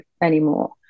anymore